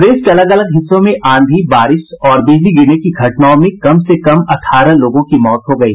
प्रदेश के अलग अलग हिस्सों में आंधी बारिश और बिजली गिरने की घटनाओं में कम से कम अठारह लोगों की मौत हो गयी